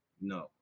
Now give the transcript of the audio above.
no